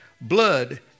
blood